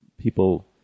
people